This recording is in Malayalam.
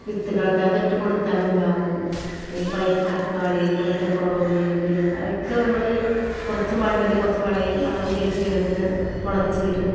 വിത്തുകളൊക്കെ അത് ഇട്ടുകൊടുത്താൽ ഉണ്ടാകും അല്ലെങ്കിൽ പഴുത്ത തക്കാളി പഴുത്ത കോവല് മുരിങ്ങ കായ് ഒക്കെ നമ്മൾ കുറച്ച് മണ്ണിൽ കുറച്ച് വളയും വളവും ചെയ്യേത് ചെയ്താൽ തന്നെ മുളച്ചു വരും